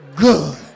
good